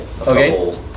Okay